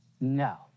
No